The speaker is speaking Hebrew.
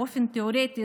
באופן תיאורטי,